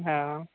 हँ